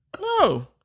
No